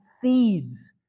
seeds